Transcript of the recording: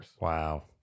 Wow